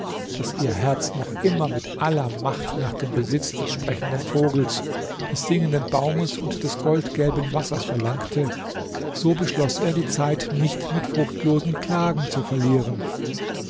daß ihr herz noch immer mit aller macht nach dem besitz des sprechenden vogels des singenden baumes und des goldgelben wassers verlangte so beschloß er die zeit nicht mit fruchtlosen klagen zu verlieren